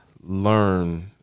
learn